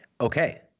Okay